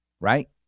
right